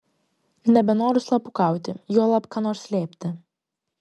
nebenoriu slapukauti juolab ką nors slėpti